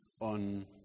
on